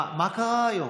מה קרה היום?